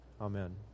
Amen